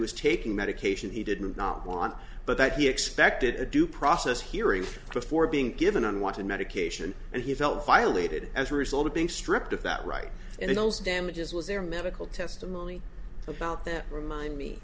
was taking medication he didn't not want but that he expected a due process hearing before being given unwanted medication and he felt violated as a result of being stripped of that right and those damages was their medical testimony about them remind me